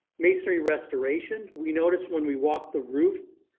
masonry restoration, we noticed when we walked the roof,